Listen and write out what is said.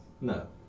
no